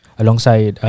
alongside